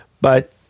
but-